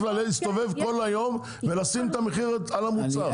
להסתובב כל היום ולשים את המחיר על המוצר?